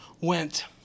went